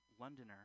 Londoner